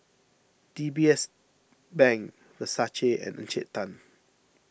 D B S Bank Versace and Encik Tan